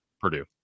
Purdue